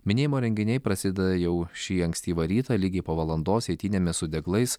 minėjimo renginiai prasideda jau šį ankstyvą rytą lygiai po valandos eitynėmis su deglais